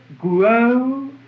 grow